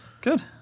Good